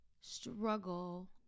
struggle